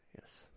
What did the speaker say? Yes